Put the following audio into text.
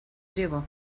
llevo